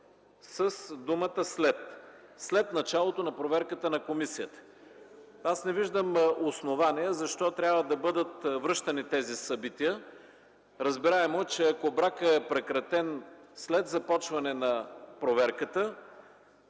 с думата „след” – след началото на проверката на комисията. Не виждам основание защо трябва да бъдат връщани тези събития. Разбираемо е, че ако бракът е прекратен след започване на проверката